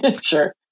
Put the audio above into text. sure